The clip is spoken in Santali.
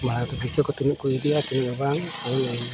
ᱵᱷᱟᱲᱟ ᱯᱩᱭᱥᱟᱹ ᱠᱚ ᱛᱤᱱᱟᱹᱜ ᱠᱚ ᱤᱫᱤᱭᱟ ᱛᱤᱱᱟᱹᱜ ᱵᱟᱝ ᱚᱱᱟ ᱞᱟᱹᱭᱟᱹᱧ ᱢᱮ